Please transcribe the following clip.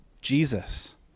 Jesus